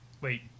Wait